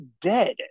dead